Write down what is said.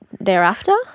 thereafter